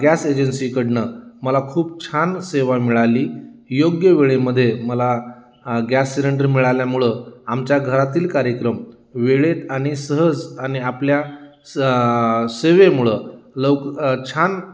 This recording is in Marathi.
गॅस एजन्सीकडून मला खूप छान सेवा मिळाली योग्य वेळेमध्ये मला गॅस सिलेंडर मिळाल्यामुळं आमच्या घरातील कार्यक्रम वेळेत आणि सहज आणि आपल्या स सेवेमुळं लव छान